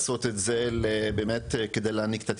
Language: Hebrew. לדעת שהמטופל יגיע לרופא כדי שהרופא יוכל